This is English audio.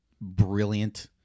brilliant